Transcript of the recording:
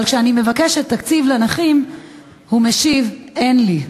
אבל כשאני מבקשת תקציב לנכים הוא משיב: אין לי.